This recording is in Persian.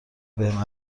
بهم